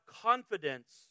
confidence